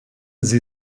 sie